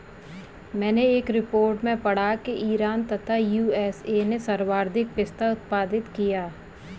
मैनें एक रिपोर्ट में पढ़ा की ईरान तथा यू.एस.ए ने सर्वाधिक पिस्ता उत्पादित किया